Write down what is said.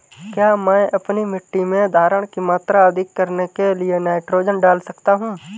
क्या मैं अपनी मिट्टी में धारण की मात्रा अधिक करने के लिए नाइट्रोजन डाल सकता हूँ?